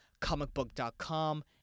comicbook.com